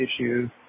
issues